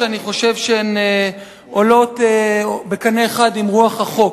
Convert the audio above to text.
כי אני חושב שהן עולות בקנה אחד עם רוח החוק.